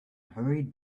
hurried